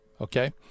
Okay